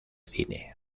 cine